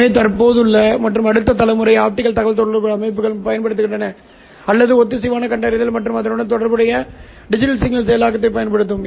எனவே தற்போதுள்ள மற்றும் அடுத்த தலைமுறை ஆப்டிகல் தகவல்தொடர்பு அமைப்புகள் பயன்படுத்துகின்றன அல்லது ஒத்திசைவான கண்டறிதல் மற்றும் அதனுடன் தொடர்புடைய டிஜிட்டல் சிக்னல் செயலாக்கத்தைப் பயன்படுத்தும்